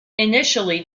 initially